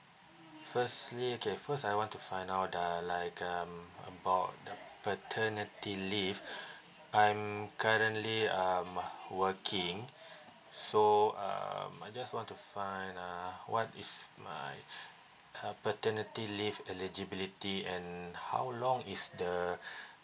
firstly okay first I want to find out uh like um about the paternity leave I'm currently um working so uh I just want to find uh what is my uh paternity leave eligibility and how long is the